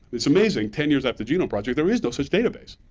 it's amazing, ten years after genome project, there is no such database,